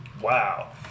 wow